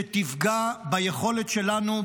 שתפגע ביכולת שלנו,